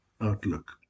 outlook